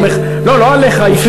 אופיר,